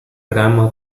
grammar